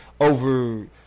over